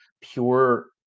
pure